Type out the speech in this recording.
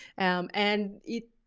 um and it,